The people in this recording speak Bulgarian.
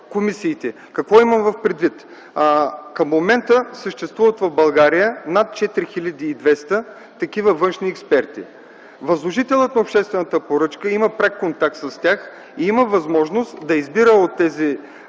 комисиите. Какво имам предвид? Към момента в България съществуват над 4200 такива външни експерти. Възложителят на обществената поръчка има пряк контакт с тях и има възможност да избира от тези